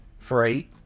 three